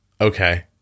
Okay